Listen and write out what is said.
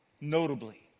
notably